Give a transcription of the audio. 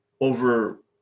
over